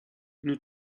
nous